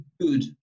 good